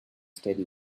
steady